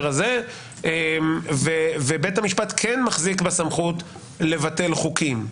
הזה ובית המשפט כן מחזיק בסמכות לבטל חוקים,